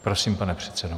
Prosím, pane předsedo.